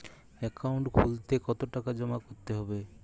Account খুলতে কতো টাকা জমা দিতে হবে?